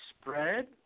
spread